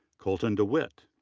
colton dewitt,